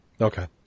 Okay